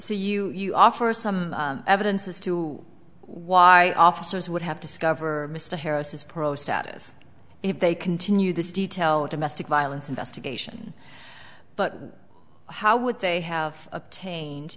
you you offer some evidence as to why officers would have to skiver mr harris is pro status if they continue this detailed domestic violence investigation but how would they have obtained